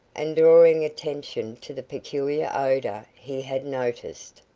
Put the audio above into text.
and drawing attention to the peculiar odour he had noticed.